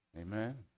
Amen